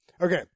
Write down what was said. Okay